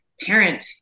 parent